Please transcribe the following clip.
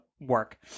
work